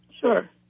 Sure